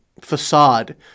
facade